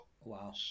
Wow